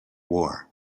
war